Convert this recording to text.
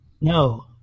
No